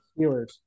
Steelers